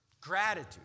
Gratitude